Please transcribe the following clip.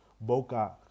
Boca